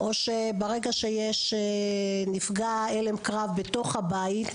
או שברגע שיש נפגע הלם קרב בתוך הבית,